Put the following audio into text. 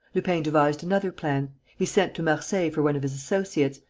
lupin devised another plan. he sent to marseilles for one of his associates,